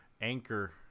anchor